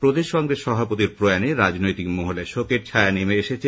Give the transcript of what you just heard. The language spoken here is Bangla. প্রদেশ কংগ্রেস সভাপতির প্রয়াণে রাজনৈতিক মহলে শোকের ছায়া নেমে এসেছে